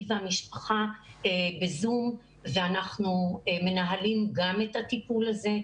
והמשפחה בזום ואנחנו מנהלים גם את הטיפול הזה,